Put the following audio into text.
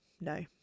no